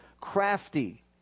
Crafty